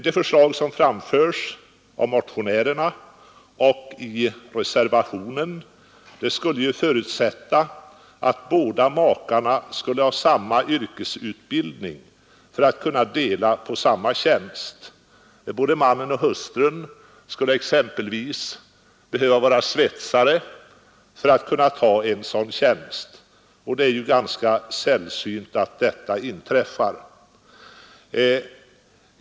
Det förslag som framförs av motionärerna och i reservationen skulle förutsätta att båda makarna har samma yrkesutbildning för att kunna dela på samma tjänst. Både mannen och hustrun skulle exempelvis behöva vara svetsare för att kunna ta en sådan tjänst, och det är ju ganska sällsynt att detta inträffar.